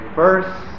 first